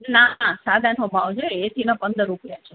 ના સાદાનો ભાવ છે એસીના પંદર રૂપિયા છે